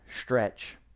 stretch